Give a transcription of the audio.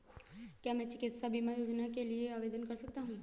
क्या मैं चिकित्सा बीमा योजना के लिए आवेदन कर सकता हूँ?